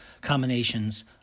combinations